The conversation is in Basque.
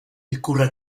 ikurra